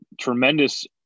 tremendous